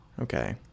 Okay